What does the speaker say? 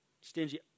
Stingy